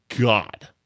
God